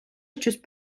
щось